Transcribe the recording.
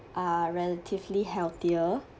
are relatively healthier